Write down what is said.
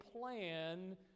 plan